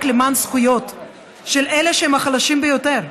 למען הזכויות של אלה שהם החלשים ביותר.